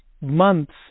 months